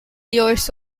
years